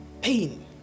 pain